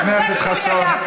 לך ברגעים הקשים ביותר.